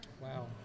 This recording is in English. wow